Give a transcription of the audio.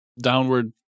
downward